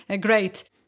great